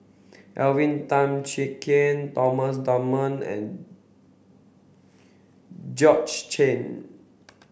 Alvin Tan Cheong Kheng Thomas Dunman and George Chen